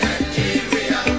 Nigeria